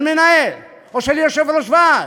של מנהל או של יושב-ראש ועד,